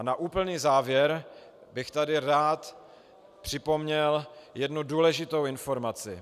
Na úplný závěr bych tady rád připomněl jednu důležitou informaci.